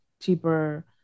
cheaper